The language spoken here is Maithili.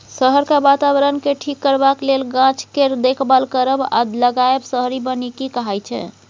शहरक बाताबरणकेँ ठीक करबाक लेल गाछ केर देखभाल करब आ लगाएब शहरी बनिकी कहाइ छै